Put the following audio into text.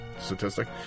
statistic